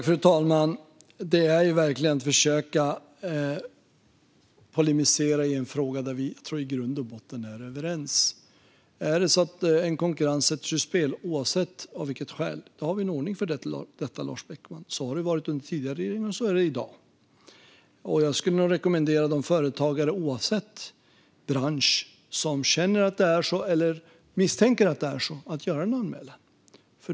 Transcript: Fru talman! Detta är verkligen att försöka polemisera i en fråga där jag tror att vi i grund och botten är överens. Om konkurrensen sätts ur spel, oavsett av vilket skäl, har vi en ordning för detta, Lars Beckman. Så har det varit under tidigare regeringar, och så är det i dag. Jag skulle rekommendera företagare, oavsett bransch, som känner eller misstänker att det är så att göra en anmälan.